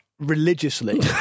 religiously